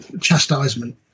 chastisement